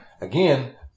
again